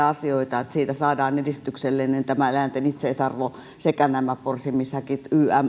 asioita millä siitä saadaan edistyksellinen tämä eläinten itseisarvo sekä nämä porsimishäkit ynnä muuta